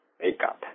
makeup